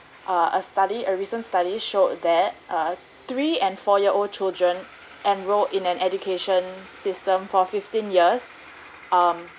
uh a study a recent study showed there are three and four year old children enrolled in an education system for fifteen years